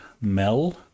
mel